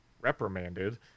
reprimanded